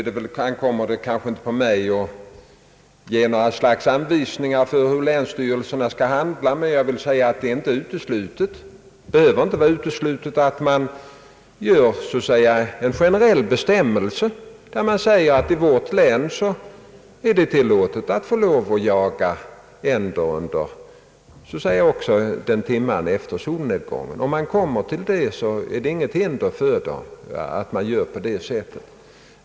Det ankommer kanske inte på mig att ge något slags anvisningar om hur länsstyrelserna skall handla, men det behöver inte vara uteslutet att man i en generell bestämmelse förklarar att det i vederbörande län är tillåtet att jaga t.ex. en timme efter solnedgången. Ingenting hindrar att man gör på det sättet.